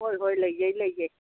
ꯍꯣꯏ ꯍꯣꯏ ꯂꯩꯖꯩ ꯂꯩꯖꯩ